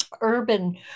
urban